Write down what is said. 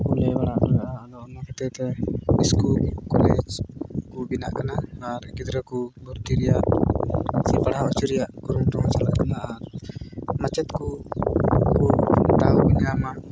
ᱞᱟᱹᱭ ᱵᱟᱲᱟ ᱦᱚᱴᱚ ᱞᱮᱫᱼᱟ ᱟᱫᱚ ᱚᱱᱟ ᱠᱷᱟᱹᱛᱤᱨ ᱛᱮ ᱥᱠᱩᱞ ᱠᱚᱞᱮᱡᱽ ᱠᱚ ᱵᱮᱱᱟᱜ ᱠᱟᱱᱟ ᱟᱨ ᱜᱤᱫᱽᱨᱟᱹ ᱠᱚ ᱵᱷᱚᱨᱛᱤ ᱨᱮᱭᱟᱜ ᱥᱮ ᱯᱟᱲᱦᱟᱣ ᱦᱚᱪᱚ ᱨᱮᱭᱟᱜ ᱠᱩᱨᱩᱢᱩᱴᱩ ᱦᱚᱸ ᱪᱟᱞᱟᱜ ᱠᱟᱱᱟ ᱟᱨ ᱢᱟᱪᱮᱫ ᱠᱚ ᱧᱟᱢᱟ